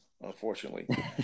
Unfortunately